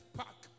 park